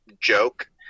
joke